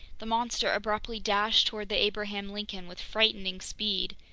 the monster abruptly dashed toward the abraham lincoln with frightening speed,